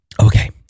Okay